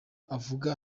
avuga